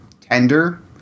tender